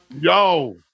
Yo